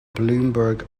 bloomberg